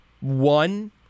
one